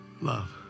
love